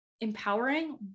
empowering